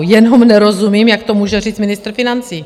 Jenom nerozumím, jak to může říct ministr financí.